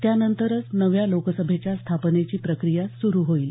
त्यानंतरच नव्या लोकसभेच्या स्थापनेची प्रक्रिया सुरू होईल